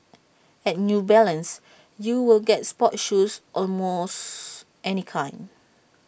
at new balance you will get sports shoes almost any kind